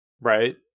right